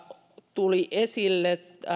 tulivat esille